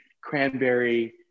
cranberry